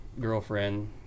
girlfriend